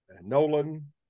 Nolan